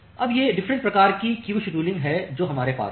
अब ये डिफरेंट प्रकार की क्यू शेड्यूलिंग हैं जो हमारे पास हैं